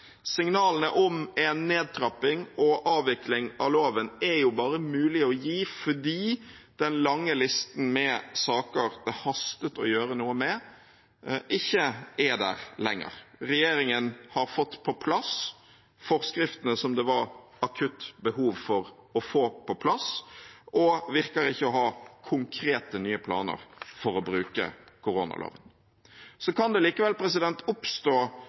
Signalene om en nedtrapping og avvikling av loven er bare mulig å gi fordi den lange listen med saker det hastet å gjøre noe med, ikke er der lenger. Regjeringen har fått på plass forskriftene som det var akutt behov for å få på plass, og virker ikke å ha konkrete nye planer for å bruke koronaloven. Det kan likevel oppstå